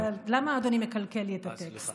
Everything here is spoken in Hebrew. למה אדוני מקלקל לי את הטקסט?